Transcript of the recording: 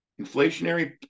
Inflationary